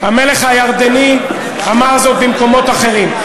המלך הירדני אמר זאת במקומות אחרים.